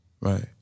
Right